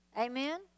Amen